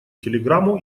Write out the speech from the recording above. телеграмму